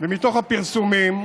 ומתוך הפרסומים,